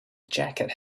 jacket